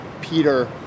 Peter